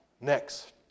Next